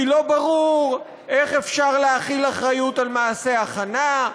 כי לא ברור איך אפשר להחיל אחריות למעשה הכנה,